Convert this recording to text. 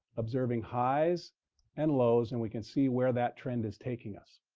observing highs and lows. and we can see where that trend is taking us.